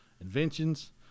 inventions